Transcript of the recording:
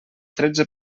tretze